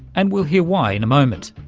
and we'll hear why in a moment.